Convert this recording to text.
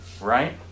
right